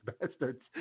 bastards